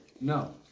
No